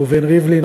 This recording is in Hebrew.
ראובן ריבלין,